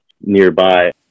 nearby